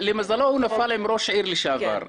למזלו הוא נפל על ראש עיר לשעבר.